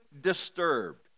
disturbed